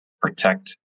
protect